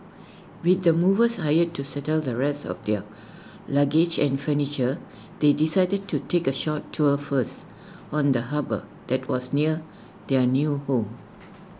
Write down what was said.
with the movers hired to settle the rest of their luggage and furniture they decided to take A short tour first of the harbour that was near their new home